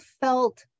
felt